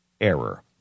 error